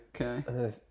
Okay